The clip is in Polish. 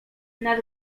nad